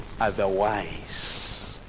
otherwise